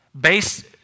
based